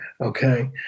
Okay